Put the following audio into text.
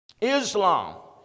Islam